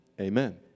Amen